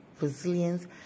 resilience